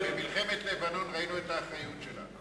במלחמת לבנון ראינו את האחריות שלה.